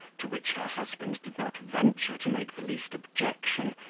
to which her husband did not venture to make the least objection,